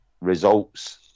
results